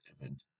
event